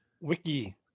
Wiki